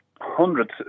hundreds